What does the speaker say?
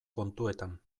kontuetan